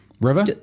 river